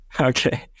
Okay